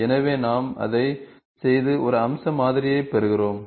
எனவே நாம் அதை செய்து ஒரு அம்ச மாதிரியைப் பெறுகிறோம்